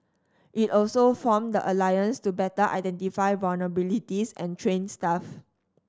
it also formed the alliance to better identify vulnerabilities and train staff